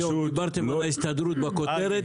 דיברתם על ההסתדרות בכותרת,